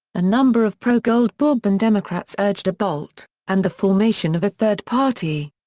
a number of pro-gold bourbon democrats urged a bolt and the formation of a third party.